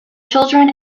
children